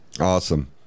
awesome